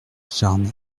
charnay